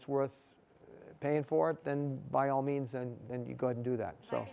it's worth paying for it then by all means and then you go do that so